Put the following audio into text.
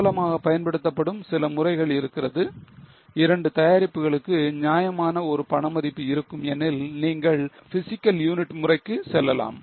பிரபலமாக பயன்படுத்தப்படும் சில முறைகள் இருக்கிறது இரண்டு தயாரிப்புகளுக்கு நியாயமான ஒரே பண மதிப்பு இருக்கும் எனில் நீங்கள் physical unit முறைக்கு செல்லலாம்